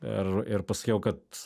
ir ir pasakiau kad